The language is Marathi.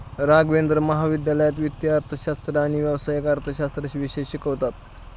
राघवेंद्र महाविद्यालयात वित्तीय अर्थशास्त्र आणि व्यावसायिक अर्थशास्त्र विषय शिकवतात